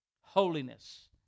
holiness